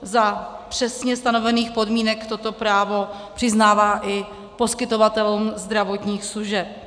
Za přesně stanovených podmínek toto právo přiznává i poskytovatelům zdravotních služeb.